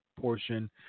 Portion